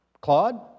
Claude